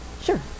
Sure